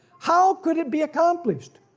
how could it be accomplished?